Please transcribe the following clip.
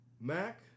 Mac